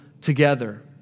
together